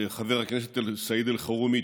חבר הכנסת סעיד אלחרומי,